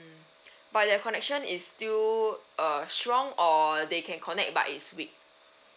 but their connection is still uh strong or they can connect but it's weak